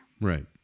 Right